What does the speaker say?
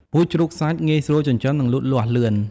ពូជជ្រូកសាច់ ងាយស្រួលចិញ្ចឹម និងលូតលាស់លឿន។